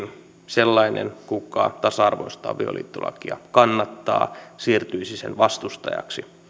sellainen kuka tasa arvoista avioliittolakia kannattaa siirtyisi sen vastustajaksi